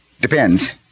Depends